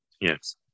yes